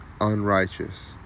unrighteous